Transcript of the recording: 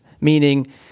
meaning